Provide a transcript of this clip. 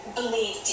believe